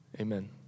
Amen